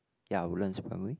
ya Woodlands primary